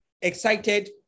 excited